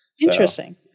Interesting